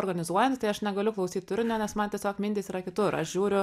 organizuojant tai aš negaliu klausyt turinio nes man tiesiog mintys yra kitur aš žiūriu